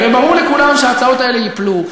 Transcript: הרי ברור לכולם שההצעות האלה ייפלו.